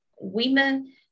women